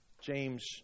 James